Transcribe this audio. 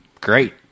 Great